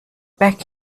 back